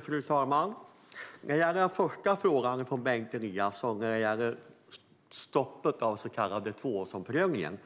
Fru talman! Bengt Eliassons första fråga gäller stoppet för den så kallade tvåårsomprövningen.